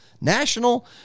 National